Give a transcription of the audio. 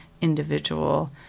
individual